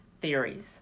theories